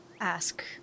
ask